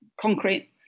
concrete